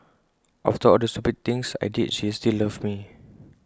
after all the stupid things I did she still loved me